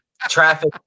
Traffic